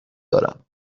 دارم